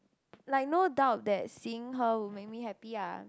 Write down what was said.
like no doubt that seeing her would make me happy ah